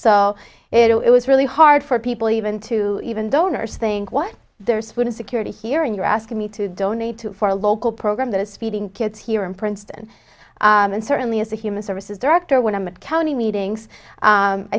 so it was really hard for people even to even donors think what there is food insecurity here and you're asking me to donate to for a local program that is feeding kids here in princeton and certainly as a human services director when i'm at county meetings